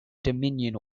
dominion